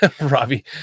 Robbie